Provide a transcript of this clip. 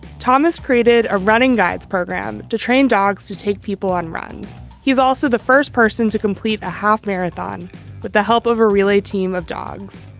thomas created a running guides program to train dogs to take people on runs. he's also the first person to complete a half marathon with the help of a relay team of dogs.